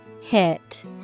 Hit